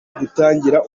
gutangira